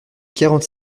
quarante